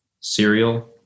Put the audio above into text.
cereal